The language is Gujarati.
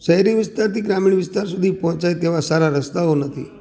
શહેરી વિસ્તારથી ગ્રામીણ વિસ્તાર સુધી પહોંચાય તેવા સારા રસ્તાઓ નથી